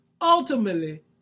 ultimately